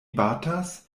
batas